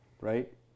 right